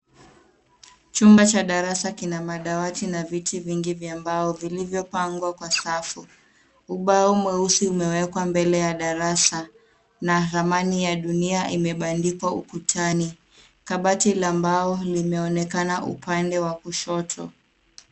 Chumba cha darasa kina madawati na viti vingi vya mbao vilivyopangwa kwa safu. Ubao mweusi umewekwa mbele ya darasa na ramani ya dunia imebandikwa ukutani. Kabati la mbao limeonekana upande wa kushoto.